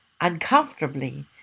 uncomfortably